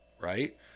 right